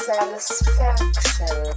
Satisfaction